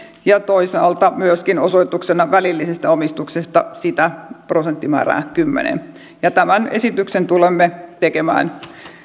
ja toisaalta myöskin osoituksena välillisistä omistuksista sitä prosenttimäärää kymmeneen tämän esityksen tulemme tekemään